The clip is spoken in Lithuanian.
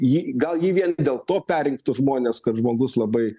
jį gal jį vien dėl to perrinktų žmones kad žmogus labai